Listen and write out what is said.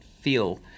feel